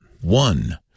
one